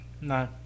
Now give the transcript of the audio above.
No